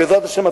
בעזרת השם,